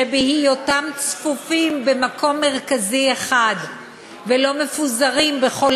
שבהיותם צפופים במקום מרכזי אחד ולא מפוזרים בכל